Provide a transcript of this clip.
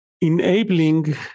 enabling